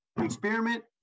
experiment